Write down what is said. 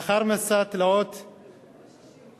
לאחר מסע תלאות שם,